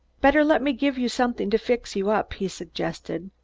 better let me give you somethin' to fix you up, he suggested.